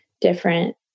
different